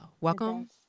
welcome